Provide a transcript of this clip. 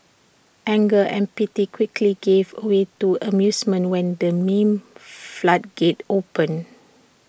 anger and pity quickly gave away to amusement when the meme floodgates opened